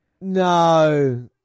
No